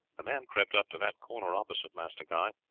a man crept up to that corner opposite, master guy.